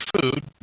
Food